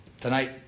Tonight